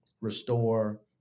restore